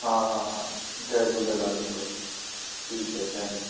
हा हा हा जय झूलेलाल हलो ठीकु आहे थेंक